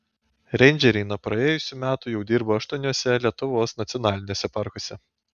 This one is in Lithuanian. reindžeriai nuo praėjusių metų jau dirba aštuoniuose lietuvos nacionaliniuose parkuose